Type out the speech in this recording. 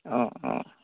অ অ